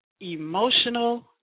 emotional